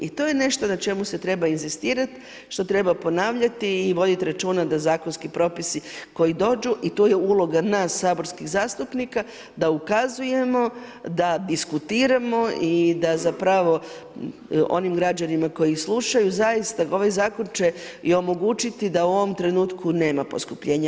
I to je nešto na čemu se treba inzistirati, što treba ponavljati i voditi računa da zakonski propisi koji dođu i tu je uloga nas saborskih zastupnika da ukazujemo, da diskutiramo i da zapravo onim građanima koji ih slušaju zaista ovaj zakon će i omogućiti da u ovom trenutku nema poskupljenja.